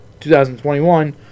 2021